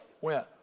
went